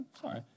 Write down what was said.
sorry